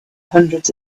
hundreds